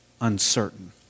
uncertain